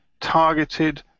targeted